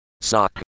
Sock